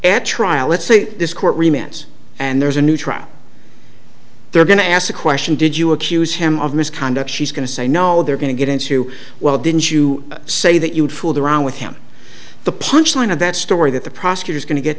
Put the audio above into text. at trial let's say this court remains and there's a new trial they're going to ask the question did you accuse him of misconduct she's going to say no they're going to get into well didn't you say that you'd fooled around with him the punchline of that story that the prosecutor's going to get